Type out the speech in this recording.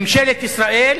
ממשלת ישראל,